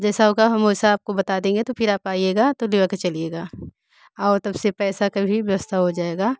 जैसा होगा हम वैसा आपको बता देंगे तो फिर आप आइएगा तो लिवा के चलिएगा और तब से पैसे की भी व्यवस्था हो जाएगी